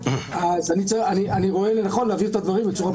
אז אני רואה לנכון להביא את הדברים בצורה ברורה.